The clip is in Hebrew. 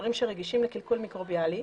דברים שרגישים לקלקול מיקרוביאלי,